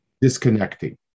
disconnecting